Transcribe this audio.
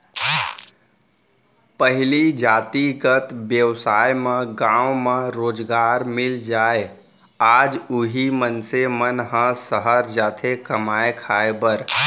पहिली जातिगत बेवसाय म गाँव म रोजगार मिल जाय आज उही मनसे मन ह सहर जाथे कमाए खाए बर